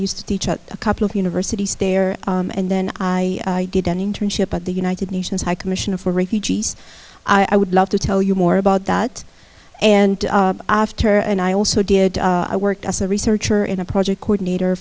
used to teach at a couple of university stare and then i did an internship at the united nations high commissioner for refugees i would love to tell you more about that and after and i also did i worked as a researcher in a project coordinator